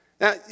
Now